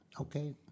okay